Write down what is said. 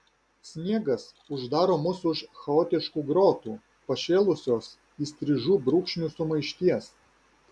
sniegas uždaro mus už chaotiškų grotų pašėlusios įstrižų brūkšnių sumaišties